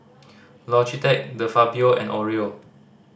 Logitech De Fabio and Oreo